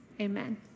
Amen